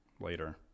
later